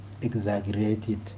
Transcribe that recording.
exaggerated